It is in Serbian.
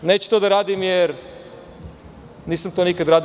Neću to da radim jer nisam to nikad radio.